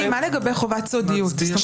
מה לגבי חובת סודיות?